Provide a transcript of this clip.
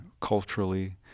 culturally